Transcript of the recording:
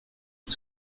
ils